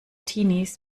teenies